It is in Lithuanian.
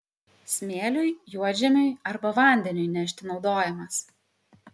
smėliui juodžemiui arba vandeniui nešti naudojamas